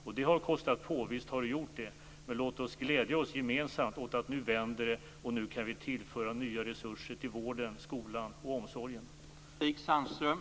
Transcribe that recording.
Visst har det kostat på, men låt oss gemensamt glädja oss över att det nu vänder och att vi kan tillföra vården, skolan och omsorgen nya resurser.